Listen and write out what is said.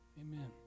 Amen